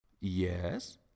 Yes